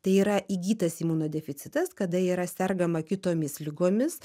tai yra įgytas imunodeficitas kada yra sergama kitomis ligomis